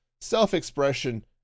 self-expression